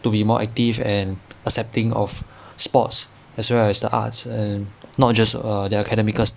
to be more active and accepting of sports as well as the arts and not just err their academic cause